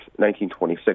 1926